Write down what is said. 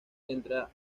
una